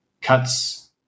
cuts